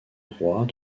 droit